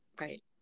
right